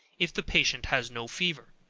if the patient has no fever.